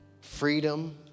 freedom